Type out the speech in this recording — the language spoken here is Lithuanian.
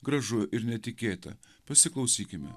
gražu ir netikėta pasiklausykime